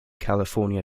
california